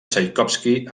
txaikovski